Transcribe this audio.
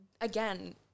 again